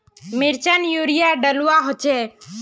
मिर्चान यूरिया डलुआ होचे?